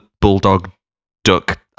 bulldog-duck